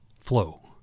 flow